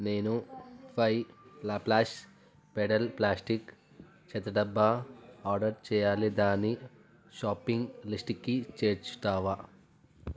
నేను ఫైవ్ లాప్లాష్ట్ pedal plastic చెత్తడబ్బా ఆర్డర్ చేయాలి దాని షాపింగ్ లిస్టుకి చేర్చుతావా